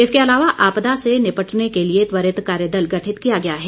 इसके अलावा आपदा से निपटने के लिए त्वरित कार्यदल गठित किया गया है